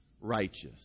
righteous